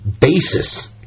basis